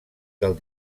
del